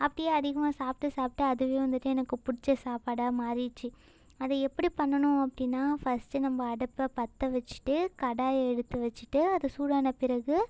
அப்படியே அதிகமாக சாப்பிட்டு சாப்பிட்டு அதுவே வந்துட்டு எனக்கு பிடிச்ச சாப்பாடாக மாறிடுச்சு அது எப்படி பண்ணணும் அப்படின்னா ஃபஸ்ட்டு நம்ம அடுப்பை பற்ற வச்சுட்டு கடாயை எடுத்து வச்சுட்டு அது சூடான பிறகு